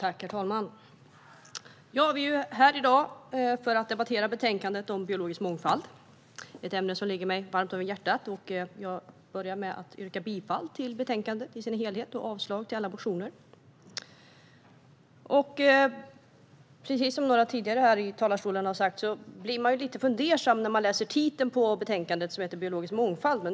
Herr talman! Vi debatterar i dag betänkandet om biologisk mångfald, vilket är ett ämne som ligger mig varmt om hjärtat. Jag vill börja med att yrka bifall till betänkandet i dess helhet och avslag på alla motioner. Precis som några talare tidigare har tagit upp blir man lite fundersam när man läser titeln på betänkandet: Biologisk mångfald .